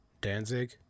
Danzig